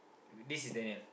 this is Daniel